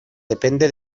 depende